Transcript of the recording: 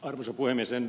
arvoisa puhemies